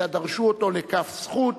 אלא דרשו אותו לכף זכות,